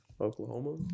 Oklahoma